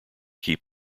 keep